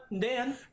Dan